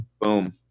Boom